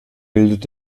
bildet